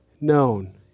known